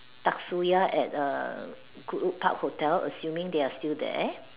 Dasuya at err Goodwood park hotel assuming they are still there